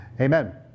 Amen